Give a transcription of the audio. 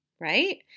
right